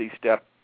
step